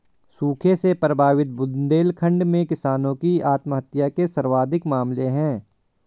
सूखे से प्रभावित बुंदेलखंड में किसानों की आत्महत्या के सर्वाधिक मामले है